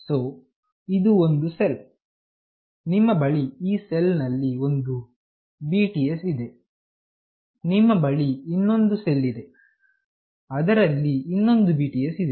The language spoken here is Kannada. ಸೋ ಇದು ಒಂದು ಸೆಲ್ ನಿಮ್ಮ ಬಳಿ ಈ ಸೆಲ್ ನಲ್ಲಿ ಒಂದು BTS ಇದೆ ನಿಮ್ಮ ಬಳಿ ಇನ್ನೊಂದು ಸೆಲ್ ಇದೆ ಅದರಲ್ಲಿ ಇನ್ನೊಂದು BTS ಇದೆ